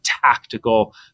tactical